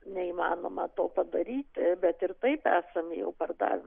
neįmanoma to padaryti bet ir taip esam jau pardavę